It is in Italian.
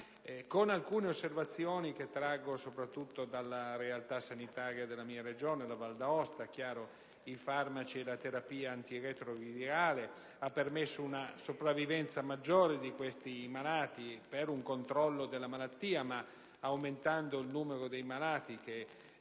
alcune osservazioni, che traggo soprattutto dalla realtà sanitaria della mia Regione, la Val d'Aosta. È chiaro che i farmaci e la terapia antiretrovirale hanno permesso una sopravvivenza maggiore di questi malati e un maggior controllo della malattia; aumentando però il numero dei malati, che